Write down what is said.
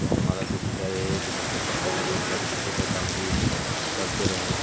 तो हमारा तो सुझाव यही है कि मतलब पढ़ाई के साथ साथ कृषि का काम भी करते रहें